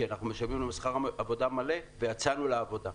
אנחנו משלמים להם שכר עבודה מלא ויצאנו לעבודה.